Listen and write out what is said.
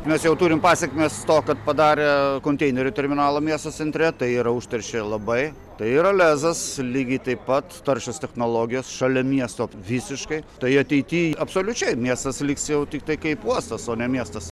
mes jau turim pasekmes to kad padarė konteinerių terminalą miesto centretai yra užteršė labai tai yra lezas lygiai taip pat taršios technologijos šalia miesto visiškai tai ateity absoliučiai miestas liks jau tiktai kaip uostas o ne miestas